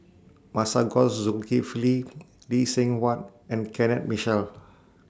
Masagos Zulkifli Lee Seng Huat and Kenneth Mitchell